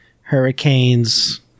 Hurricanes